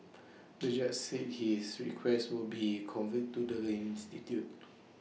the judge said his request would be conveyed to the institute